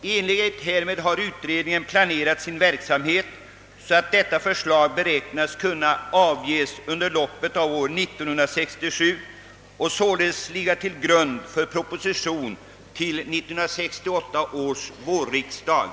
I enlighet härmed har bilskatteutredningen planerat sin verksamhet så att dess förslag beräknas kunna avges under loppet av år 1967 och således ligga till grund för proposition till 1968 års riksdag.